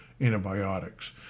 antibiotics